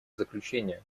заключение